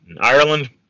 Ireland